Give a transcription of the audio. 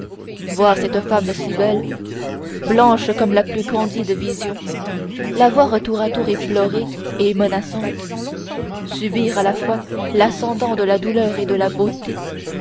voir cette femme si belle blanche comme la plus candide vision la voir tour à tour éplorée et menaçante subir à la fois l'ascendant de la douleur et de la beauté